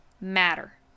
matter